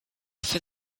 for